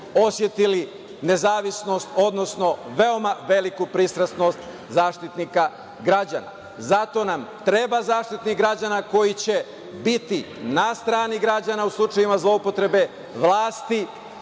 osetili nezavisnost, odnosno veoma veliku pristrasnost Zaštitnika građana. Zato nam treba Zaštitnik građana koji će biti na strani građana u slučajevima zloupotrebe vlasti.